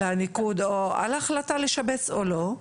על הניקוד או על ההחלטה לשבץ או לא,